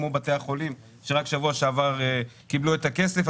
כמו בתי החולים שרק בשבוע שעבר קיבלו את הכסף,